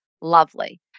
lovely